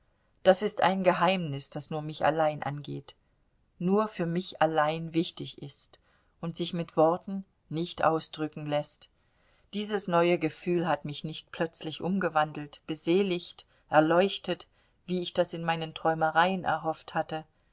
das ist ein geheimnis das nur mich allein angeht nur für mich allein wichtig ist und sich mit worten nicht ausdrücken läßt dieses neue gefühl hat mich nicht plötzlich umgewandelt beseligt erleuchtet wie ich das in meinen träumereien erhofft hatte